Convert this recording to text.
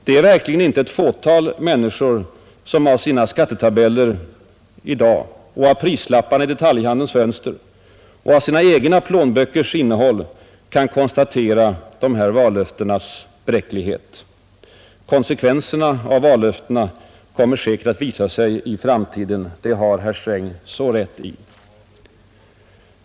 Det är verkligen inte ett fåtal människor som av sina skattetabeller i dag och av prislapparna i detaljhandelns fönster och av sina egna plånböckers innehåll kan konstatera de givna vallöftenas bräcklighet. Konsekvenserna av vallöftena kommer säkert att visa sig i framtiden, det har herr Sträng rätt i!